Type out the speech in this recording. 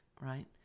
right